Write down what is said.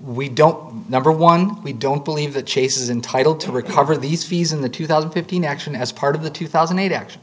we don't number one we don't believe the chase is entitle to recover these fees in the two thousand fifteen action as part of the two thousand and eight